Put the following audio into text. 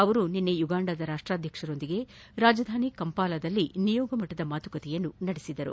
ಅವರು ನಿನ್ನೆ ಉಗಾಂಡದ ರಾಷ್ಲಾಧ್ಯಕ್ಷರೊಂದಿಗೆ ರಾಜಧಾನಿ ಕಂಪಾಲದಲ್ಲಿ ನಿಯೋಗಮಟ್ಟದ ಮಾತುಕತೆ ನಡೆಸಿದರು